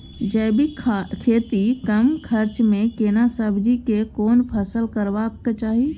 जैविक खेती कम खर्च में केना सब्जी के कोन फसल करबाक चाही?